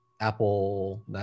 Apple